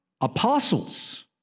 Apostles